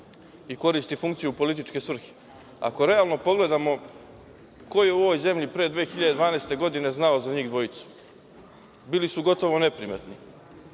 i koristi funkciju u političke svrhe. Ako realno pogledamo, ko je u ovoj zemlji pre 2012. godine znao za njih dvojicu? Bili su gotovo neprimetni.